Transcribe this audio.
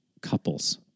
couples